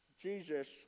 Jesus